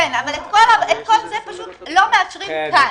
את כל זה פשוט לא מאשרים כאן.